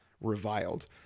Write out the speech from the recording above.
reviled